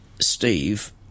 Steve